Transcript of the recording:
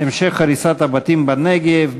המשך הריסת הבתים בנגב,